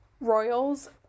royals